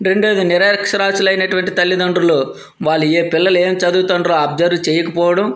రెండవది నిరక్షరాస్యులు అయినటువంటి తల్లిదండ్రులు వాళ్ళు ఏ పిల్లలు ఏమి చదువుతున్నారో అబ్జర్వ్ చేయకపోవడం